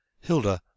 Hilda